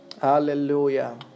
Hallelujah